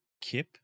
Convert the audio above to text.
Kip